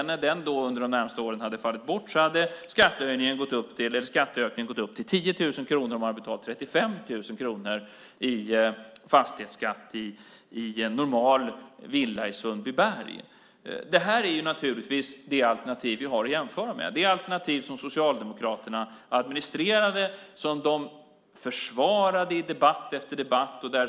När den under de närmaste åren hade fallit bort hade skatthöjningen gått upp till 10 000 kronor, och man hade betalat 35 000 kronor i fastighetsskatt för en normalvilla i Sundbyberg. Det här är naturligtvis det alternativ vi har att jämföra med, det alternativ som Socialdemokraterna administrerade och som de försvarade i debatt efter debatt.